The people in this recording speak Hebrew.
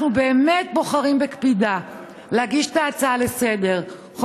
אנחנו באמת בוחרים בקפידה להגיש את ההצעה לסדר-היום,